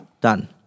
Done